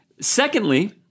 Secondly